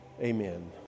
amen